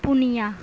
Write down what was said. ᱯᱩᱱᱭᱟᱹ